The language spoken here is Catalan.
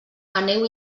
aneu